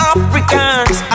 Africans